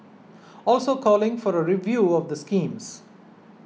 also calling for a review of the schemes